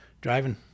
driving